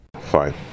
Fine